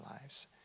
lives